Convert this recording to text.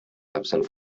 absent